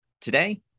today